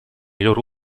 loro